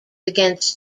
against